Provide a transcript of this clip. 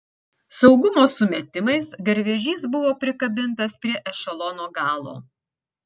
saugumo sumetimais garvežys buvo prikabintas prie ešelono galo